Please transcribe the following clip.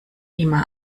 immer